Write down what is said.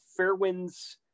Fairwinds